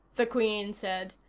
the queen said,